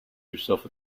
yourself